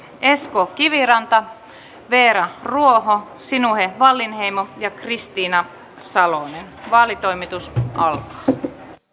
esko kiviranta veera ruoho sinuhe wallinheimo ja kristiina salo vaalitoimitus maalle e